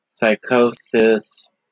Psychosis